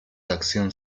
acción